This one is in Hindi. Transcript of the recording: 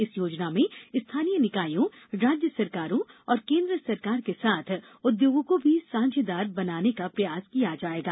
इस योजना में स्थानीय निकायों राज्य सरकारों और केंद्र सरकार के साथ उद्योगों को भी साझेदार बनाने का प्रयास किया जाएगा